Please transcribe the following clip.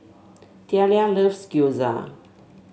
Thalia loves Gyoza